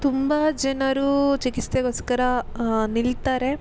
ತುಂಬ ಜನರು ಚಿಕಿತ್ಸೆಗೋಸ್ಕರ ನಿಲ್ತಾರೆ